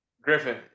Griffin